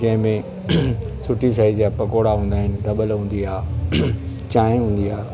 जहिंमें सुठी साइज़ जा पकोड़ा हूंदा आहिनि डॿल हूंदी आहे चांहि हूंदी आहे